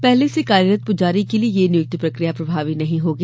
पूर्व से कार्यरत पुजारी के लिए यह नियुक्ति प्रक्रिया प्रभावी नहीं होगी